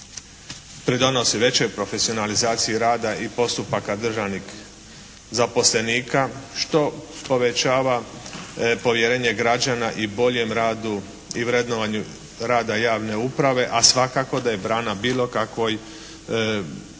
pridonosi većoj profesionalizaciji rada i postupaka državnih zaposlenika što povećava povjerenje građana i boljem radu i vrednovanju rada javne uprave, a svakako da je brana bilo kakvoj korupciji,